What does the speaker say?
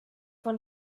von